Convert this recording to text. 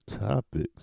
topics